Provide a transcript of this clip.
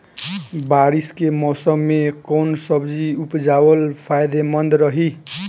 बारिश के मौषम मे कौन सब्जी उपजावल फायदेमंद रही?